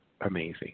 amazing